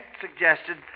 suggested